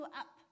up